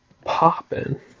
popping